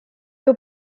you